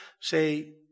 say